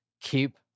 keep